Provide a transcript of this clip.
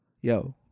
Yo